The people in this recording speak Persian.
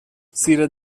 زیر